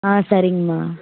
ஆ சரிங்கம்மா